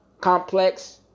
complex